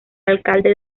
alcalde